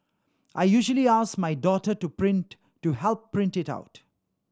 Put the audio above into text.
I usually ask my daughter to print to help print it out